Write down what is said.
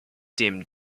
dem